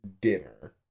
Dinner